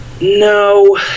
No